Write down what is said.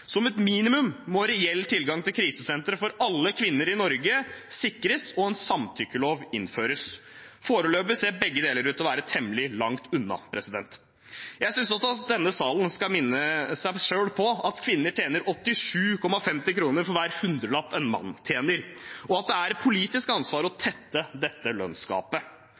Som et minimum må reell tilgang til krisesentre for alle kvinner i Norge sikres, og en samtykkelov må innføres. Foreløpig ser begge deler ut til å være temmelig langt unna. Jeg synes også at denne salen skal minne seg selv på at kvinner tjener 87,50 kr for hver hundrelapp en mann tjener, og at det er et politisk ansvar å tette dette lønnsgapet.